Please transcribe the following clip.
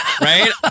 Right